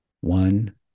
one